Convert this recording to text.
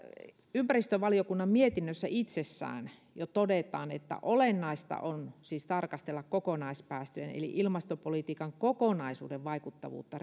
ympäristövaliokunnan mietinnössä itsessään jo todetaan että olennaista on siis tarkastella kokonaispäästöjen eli ilmastopolitiikan kokonaisuuden vaikuttavuutta